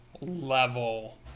level